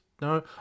No